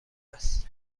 است